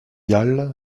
yaël